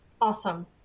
Awesome